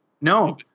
no